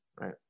right